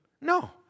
No